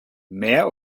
mehr